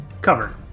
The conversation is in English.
Cover